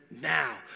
now